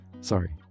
sorry